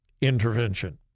intervention